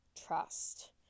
Trust